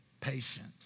Patient